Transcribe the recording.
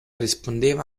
rispondeva